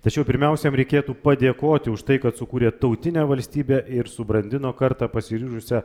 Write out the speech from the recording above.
tačiau pirmiausia jam reikėtų padėkoti už tai kad sukūrė tautinę valstybę ir subrandino kartą pasiryžusią